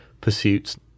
pursuits